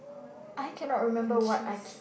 I cannot remember what I k~